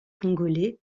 congolais